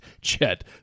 chet